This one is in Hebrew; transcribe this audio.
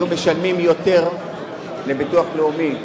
משלמים יותר לביטוח לאומי,